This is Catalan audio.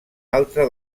altre